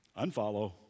Unfollow